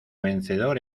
vencedor